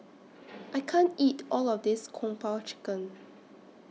I can't eat All of This Kung Po Chicken